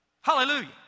Hallelujah